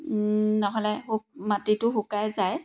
নহ'লে মাটিতো শুকাই যায়